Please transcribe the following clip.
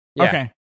Okay